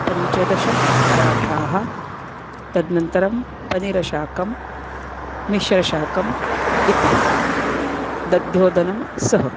पञ्चदशपराठाः तदनन्तरं पनीरशाकं मिश्रशाकम् इति दध्योदनं सह